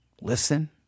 listen